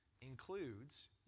includes